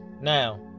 Now